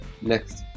Next